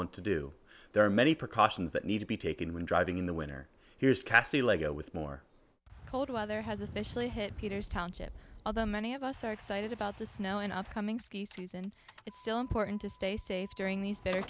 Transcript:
want to do there are many precautions that need to be taken when driving in the winner here's cassy lego with more cold weather has officially hit peter's township although many of us are excited about the snow and upcoming ski season it's still important to stay safe during these